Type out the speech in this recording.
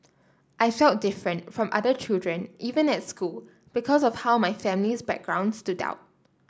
I felt different from other children even at school because of how my family's background stood out